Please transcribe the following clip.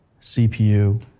CPU